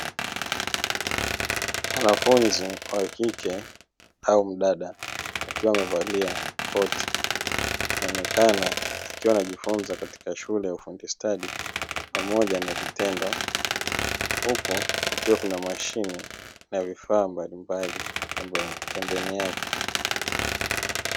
Mwanafunzi wa kike au mdada akiwa amevalia koti, anaonekana akiwa anajifunza katika shule ya ufundi stadi pamoja na vitendo, huku kukiwa kuna mashine na vifaa mbalimbali pembeni yake.